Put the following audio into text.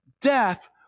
death